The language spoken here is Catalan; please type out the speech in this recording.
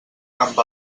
amb